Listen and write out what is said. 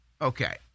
okay